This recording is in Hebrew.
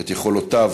את יכולותיו,